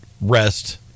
rest